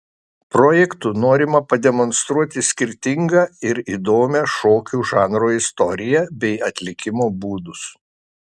projektu norima pademonstruoti skirtingą ir įdomią šokių žanrų istoriją bei atlikimo būdus